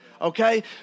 Okay